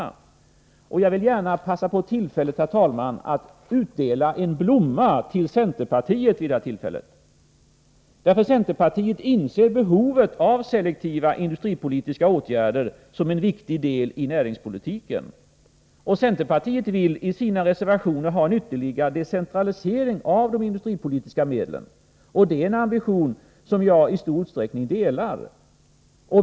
Jag vill, herr talman, gärna passa på tillfället att här utdela en blomma till centerpartiet. Centerpartiet inser behovet av selektiva industripolitiska åtgärder som en viktig del av näringspolitiken. Centerpartiets reservationer går ut på att man vill ha en ytterligare decentralisering av de industripolitiska medlen. Det är en ambition som jag i stor utsträckning delar.